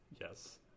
Yes